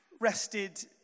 rested